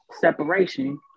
separation